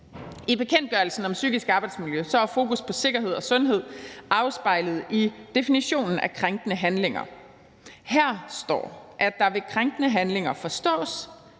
I bekendtgørelsen om psykisk arbejdsmiljø er fokusset på sikkerhed og sundhed afspejlet i definitionen af krænkende handlinger. Her står, at der ved krænkende handlinger forstås,